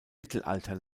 mittelalter